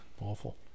awful